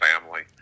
family